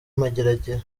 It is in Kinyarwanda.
mageragere